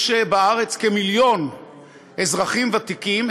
יש בארץ כמיליון אזרחים ותיקים,